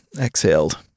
exhaled